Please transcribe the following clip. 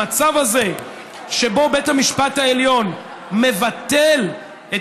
המצב הזה שבו בית המשפט העליון מבטל את